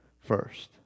first